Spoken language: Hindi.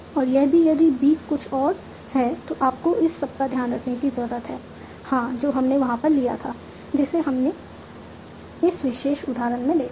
और यह भी कि यदि B कुछ और है तो आपको इस सबका ध्यान रखने की जरूरत है हां जो हमने वहां पर लिया था जिसे हमने इस विशेष उदाहरण में देखा